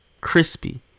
crispy